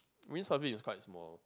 wind surfing is quite small